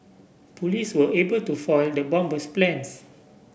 police were able to foil the bomber's plans